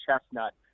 Chestnut